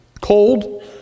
cold